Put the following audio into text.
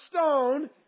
stone